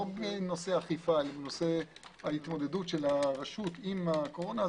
לא בנושא אכיפה אלא בנושא התמודדות הרשות עם הקורונה,